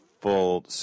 full